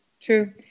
True